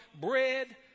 bread